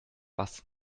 was